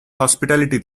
hospitality